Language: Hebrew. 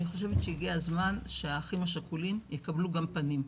אני חושבת שהגיע הזמן שהאחים השכולים יקבלו גם פנים.